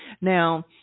Now